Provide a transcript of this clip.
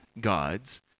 gods